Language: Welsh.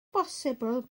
bosibl